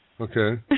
Okay